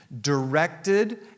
directed